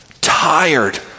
tired